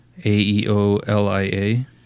A-E-O-L-I-A